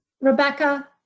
Rebecca